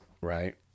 Right